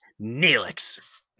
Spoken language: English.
Neelix